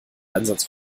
einsatz